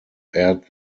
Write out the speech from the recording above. aired